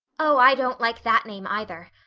oh, i don't like that name, either.